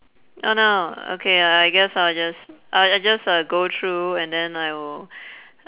oh no okay I guess I'll just I'll just uh go through and then I will